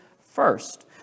First